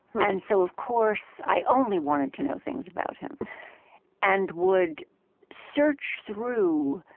and so, of course, i only wanted to know things about him and would search through,